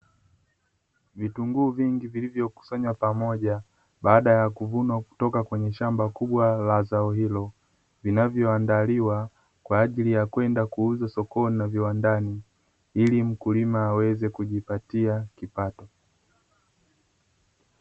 Vitunguu vingi vilivyokusanywa pamoja baada ya kuvunwa kutoka kwenye shamba kubwa la zao hilo, vinavyoandaliwa kwa ajili ya kwenda kuuzwa sokoni na viwandani, ili mkulima aweze kujipatia kipato.